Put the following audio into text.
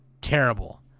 terrible